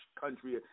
country